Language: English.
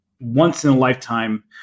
once-in-a-lifetime